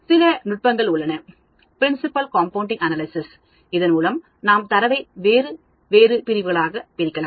சில நுட்பங்கள் உள்ளன பிரின்சிபால் காம்பவுண்ட் அனலைஸ் இதன் மூலம் நாம் தரவைவேறு வேறு பிரிவுகளாக பிரிக்கலாம்